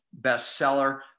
bestseller